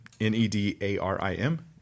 N-E-D-A-R-I-M